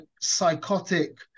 psychotic